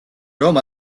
რომ